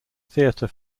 theater